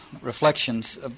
reflections